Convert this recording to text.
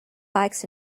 bikes